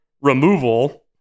removal